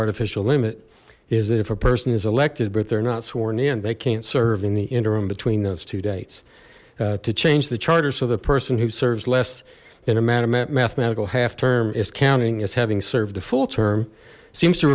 artificial limit is that if a person is elected but they're not sworn in they can't serve in the interim between those two dates to change the charter so the person who serves less than a mathematical half term is counting as having served a full term seems to